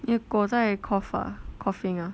你的狗在 cough ah coughing